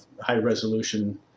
high-resolution